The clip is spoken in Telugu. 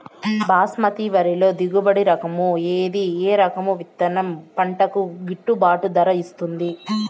బాస్మతి వరిలో దిగుబడి రకము ఏది ఏ రకము విత్తనం పంటకు గిట్టుబాటు ధర ఇస్తుంది